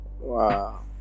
Wow